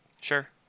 Sure